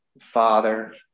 Father